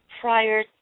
prior